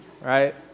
right